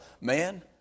man